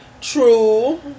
true